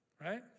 Right